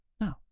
no